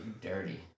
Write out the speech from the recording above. dirty